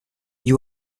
you